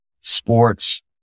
sports